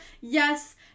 yes